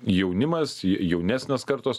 jaunimas jaunesnės kartos